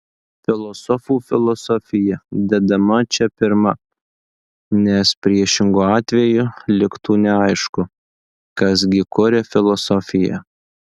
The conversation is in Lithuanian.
filosofų filosofija dedama čia pirma nes priešingu atveju liktų neaišku kas gi kuria filosofiją